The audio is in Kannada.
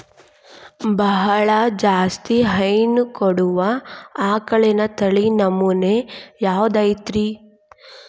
ಬಹಳ ಜಾಸ್ತಿ ಹೈನು ಕೊಡುವ ಆಕಳಿನ ತಳಿ ನಮೂನೆ ಯಾವ್ದ ಐತ್ರಿ?